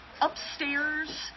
upstairs